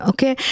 Okay